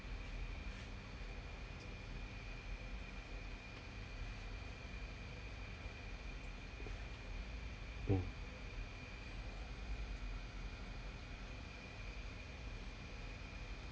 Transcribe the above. mm